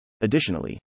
Additionally